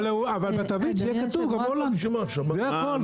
אבל בתווית שיהיה כתוב גם הולנד, זה הכול.